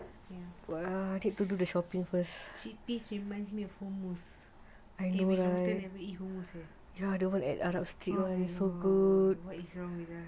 yes chippy reminds me of home mousse we very long never eat chippy oh my god what is wrong with us